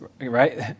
right